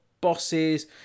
bosses